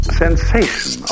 sensation